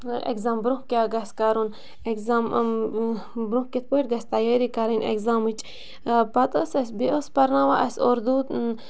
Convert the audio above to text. exam برٛونٛہہ کیٛاہ گژسہِ کَرُن اٮ۪گزام برٛونٛہہ کِتھ پٲٹھۍ گَژھِ تَیٲری کَرٕنۍ اٮ۪گزامٕچ پَتہٕ ٲس اَسہِ بیٚیہِ ٲس پَرناوان اَسہِ اردو